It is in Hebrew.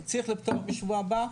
צריך לפתוח בשבוע הבא.